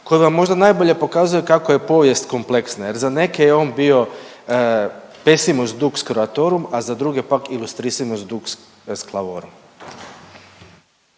koji vam možda najbolje pokazuje kako je povijest kompleksna jer je za neke je on bio pessimus dux Croatorum, a za druge pak illustrissimus dux Sclavorum.